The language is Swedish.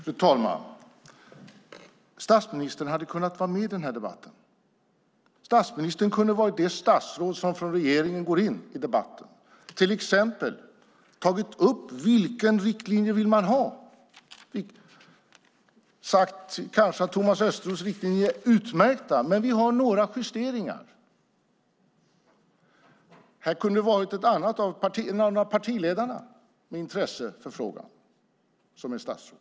Fru talman! Statsministern hade kunnat vara med i den här debatten. Statsministern hade kunnat vara det statsråd som från regeringen gick in i debatten och till exempel tog upp vilken riktlinje man vill ha. Han hade kanske kunnat säga att Thomas Östros riktlinjer är utmärkta men att man har några justeringar. Någon av partiledarna som är statsråd och som har intresse för frågan hade kunnat vara här.